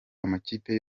amakipe